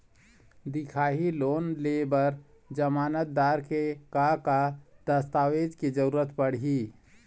दिखाही लोन ले बर जमानतदार के का का दस्तावेज के जरूरत पड़ही?